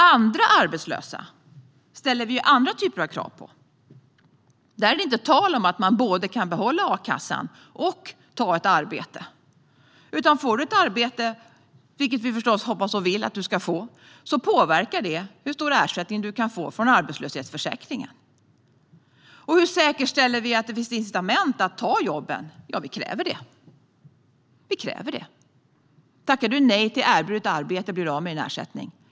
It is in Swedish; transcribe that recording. Andra arbetslösa ställer vi andra typer av krav på. Där är det inte tal om att man både kan behålla a-kassan och ta ett arbete. Får man ett arbete, vilket vi förstås hoppas och vill att man ska få, påverkar det hur stor ersättning man kan få från arbetslöshetsförsäkringen. Och hur säkerställer vi att det finns incitament att ta jobben? Jo, vi kräver det. Den som tackar nej till erbjudet arbete blir av med sin ersättning.